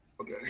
Okay